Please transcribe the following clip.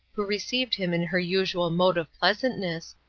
who received him in her usual mode of pleasantness,